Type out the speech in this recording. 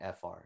FR